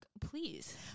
Please